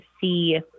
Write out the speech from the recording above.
see